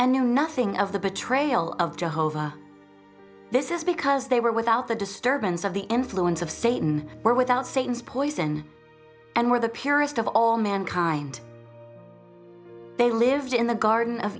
and knew nothing of the betrayal of jehovah this is because they were without the disturbance of the influence of satan were without satan's poison and were the purest of all mankind they lived in the garden of